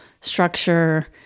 structure